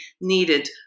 needed